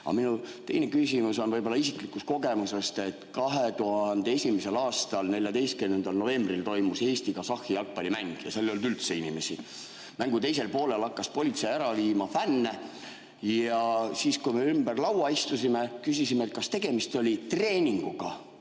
minu teine küsimus on isiklikust kogemusest. 2001. aasta 14. novembril toimus Eesti ja Kasahstani jalgpallimäng. Seal ei olnud üldse inimesi. Mängu teisel poolel hakkas politsei ära viima fänne. Siis, kui me ümber laua istusime, küsisime, kas tegemist oli treeninguga,